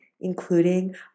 including